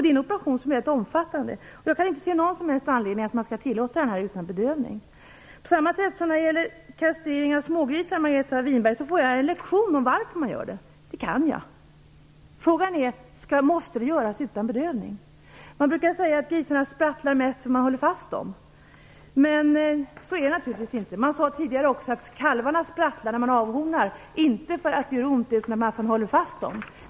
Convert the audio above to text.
Detta är en rätt omfattande operation. Jag kan inte se någon som helst anledning till att en sådan operation skall få utföras utan bedövning. Som svar på min fråga om kastrering av smågrisar får jag en lektion av Margareta Winberg om varför man gör det. Det visste jag redan tidigare. Frågan är om kastreringen måste göras utan bedövning. Man brukar säga att grisarna sprattlar mest därför att man håller fast dem. Men så är det naturligtvis inte. Tidigare sade man också att kalvarna vid avhorning sprattlar inte därför att det gör ont utan därför att man håller fast dem.